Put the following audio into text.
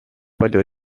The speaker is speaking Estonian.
palju